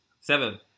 Seven